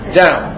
down